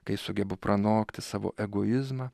kai sugebu pranokti savo egoizmą